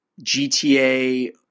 GTA